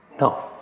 No